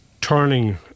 turning